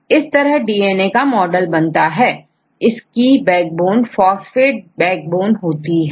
इस तरह डीएनए का मॉडल बनता है इसकी बैकबोन फास्फेट बैकबोन होती है